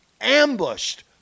Ambushed